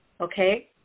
Okay